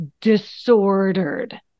disordered